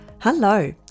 Hello